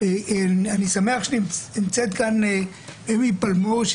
אני שמח שנמצאת כאן אמי פלמור,